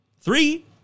Three